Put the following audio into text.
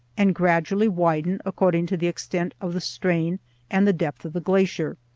and gradually widen according to the extent of the strain and the depth of the glacier.